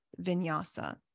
vinyasa